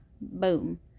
Boom